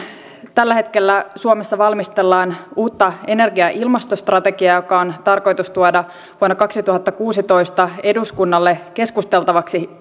tällä hetkellä suomessa valmistellaan uutta energia ja ilmastostrategiaa joka on tarkoitus tuoda vuonna kaksituhattakuusitoista eduskunnalle keskusteltavaksi